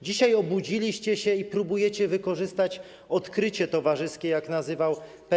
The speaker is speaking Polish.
Dzisiaj obudziliście się i próbujecie wykorzystać odkrycie towarzyskie, jak nazywał pewien poseł.